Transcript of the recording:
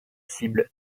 cible